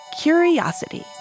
Curiosity